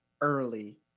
early